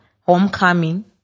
homecoming